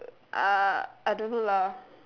uh I don't know lah